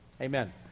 Amen